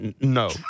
No